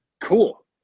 Cool